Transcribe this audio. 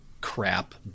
crap